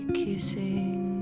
kissing